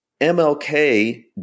MLK